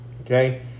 okay